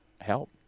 help